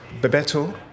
Bebeto